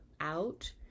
out